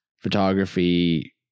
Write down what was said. photography